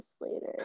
later